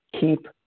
keep